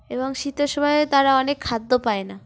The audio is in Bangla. এবং শীতের সময়ে তারা অনেক খাদ্য পায় না